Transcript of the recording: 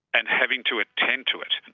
and having to attend to it.